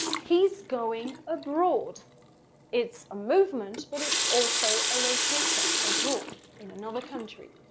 he's going abroad it's a movement, but it's also a location abroad in another country.